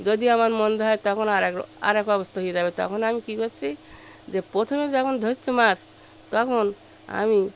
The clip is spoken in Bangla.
যদি আমার মন্দ হয় তখন আর এক আর এক অবস্থা হয়ে যাবে তখন আমি কী করছি যে প্রথমে যখন ধরছি মাছ তখন আমি